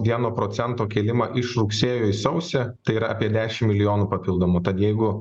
geno procento kilimą iš rugsėjo į sausį tai yra apie dešim milijonų papildomų tad jeigu